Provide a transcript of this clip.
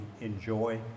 enjoy